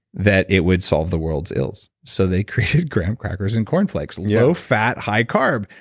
that it would solve the world's ills. so they created graham crackers and corn flakes. low fat, high carb,